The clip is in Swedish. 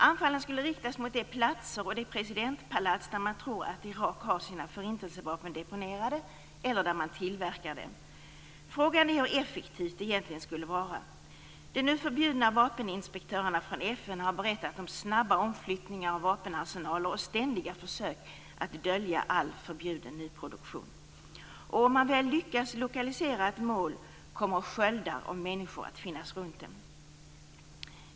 Anfallen skulle riktas mot de platser och de presidentpalats där man tror att Irak har sina förintelsevapen deponerade eller där man tillverkar dem. Frågan är hur effektivt det egentligen skulle vara. De nu förbjudna vapeninspektörerna från FN har berättat om snabba omflyttningar av vapenarsenaler och ständiga försök att dölja all förbjuden nyproduktion. Och om man väl lyckas lokalisera ett mål kommer sköldar av människor att finnas runt det.